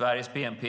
Indiens bnp